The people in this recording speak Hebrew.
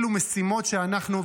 אלו משימות שאנחנו,